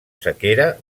sequera